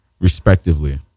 respectively